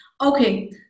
Okay